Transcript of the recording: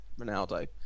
Ronaldo